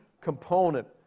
component